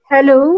Hello